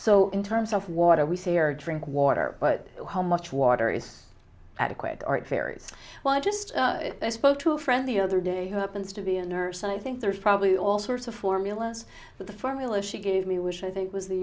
so in terms of water we say or drink water but how much water is adequate or it varies well i just spoke to a friend the other day who happens to be a nurse and i think there are probably all sorts of formulas but the formula she gave me which i think was the